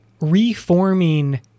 reforming